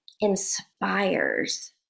inspires